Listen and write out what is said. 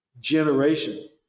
generation